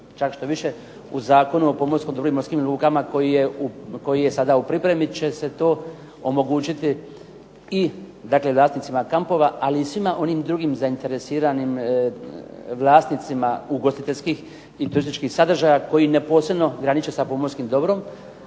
čak štoviše u Zakonu o pomorskom dobru i morskim lukama koji je sada u pripremi će se to omogućiti i vlasnicima kampova ali i svima onim drugim zainteresiranim vlasnicima ugostiteljskih i turističkih sadržaja koji neposredno graniče sa pomorskim dobrom